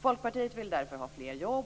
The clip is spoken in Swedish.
Folkpartiet vill därför ha fler jobb.